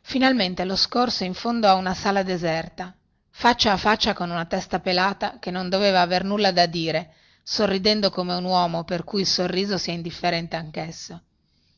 finalmente lo scorse in fondo a una sala deserta faccia a faccia con una testa pelata che non doveva aver nulla da dire sorridendo come un uomo per cui il sorriso sia indifferente anchesso